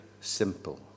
simple